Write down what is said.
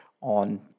on